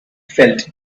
felt